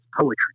poetry